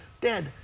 dead